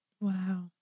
Wow